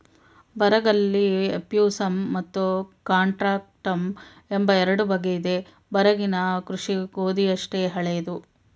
ಬರಗಲ್ಲಿ ಎಫ್ಯೂಸಮ್ ಮತ್ತು ಕಾಂಟ್ರಾಕ್ಟಮ್ ಎಂಬ ಎರಡು ಬಗೆಯಿದೆ ಬರಗಿನ ಕೃಷಿ ಗೋಧಿಯಷ್ಟೇ ಹಳೇದು